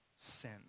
sin